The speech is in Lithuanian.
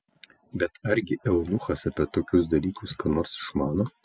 bet argi eunuchas apie tokius dalykus ką nors išmano